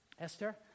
Esther